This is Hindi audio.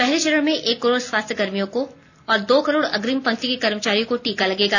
पहले चरण में एक करोड़ स्वास्थ्य कर्मियों और दो करोड़ अग्रिम पंक्ति के कर्मचारियों को टीका लगेगा